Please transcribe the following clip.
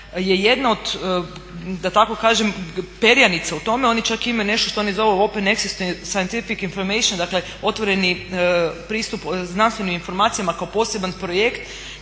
je jedna od da tako kažem perjanica u tome, oni čak imaju nešto što oni zovu open scientific information, dakle otvoreni pristup znanstvenim informacijama kao poseban projekt.